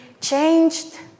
changed